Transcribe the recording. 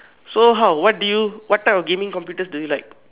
so how what did you what type of gaming computers do you like